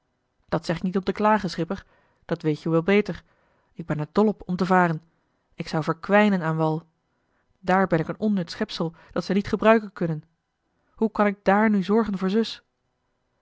dat zeg ik niet om te klagen schipper dat weet joe wel beter ik ben er dol op om te varen ik zou verkwijnen aan joh h been paddeltje de scheepsjongen van michiel de ruijter wal dààr ben ik een onnut schepsel dat ze niet gebruiken kunnen hoe kan ik dààr nu zorgen voor zus